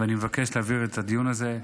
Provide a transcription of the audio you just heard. ואני מבקש להעביר את הדיון הזה,